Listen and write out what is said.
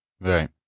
Right